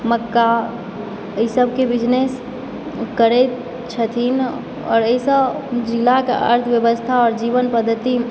मक्का एहि सबके बिजनेस करैत छथिन आओर एहिसॅं ज़िला के अर्थव्यवस्था आओर जीवन पद्धति